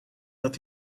dat